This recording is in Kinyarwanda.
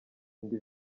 indi